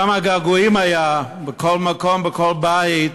כמה געגועים היו בכל מקום, בכל בית